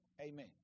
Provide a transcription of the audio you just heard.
Amen